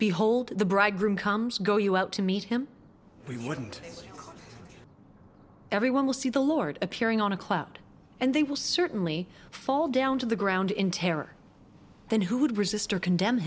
behold the bridegroom comes go you out to meet him we wouldn't everyone will see the lord appearing on a cloud and they will certainly fall down to the ground in terror then who would resist or condemn